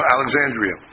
Alexandria